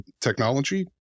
technology